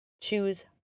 Choose